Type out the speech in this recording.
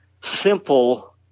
simple